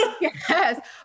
yes